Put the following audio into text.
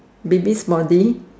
baby's body